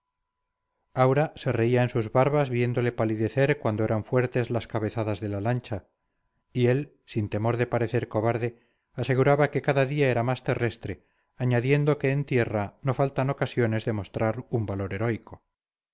aura se reía en sus barbas viéndole palidecer cuando eran fuertes las cabezadas de la lancha y él sin temor de parecer cobarde aseguraba que cada día era más terrestre añadiendo que en tierra no faltan ocasiones de mostrar un valor heroico